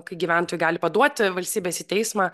kai gyventojai gali paduoti valstybes į teismą